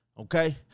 Okay